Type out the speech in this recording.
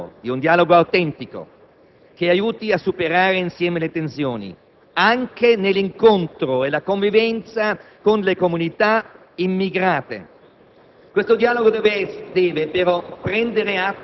Noi, signor Presidente, crediamo che questa sia la strada giusta da seguire, assieme all'impegno che lo Stato deve mantenere nel contrastare fermamente ogni forma di violenza, di integralismo e di intolleranza.